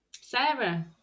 Sarah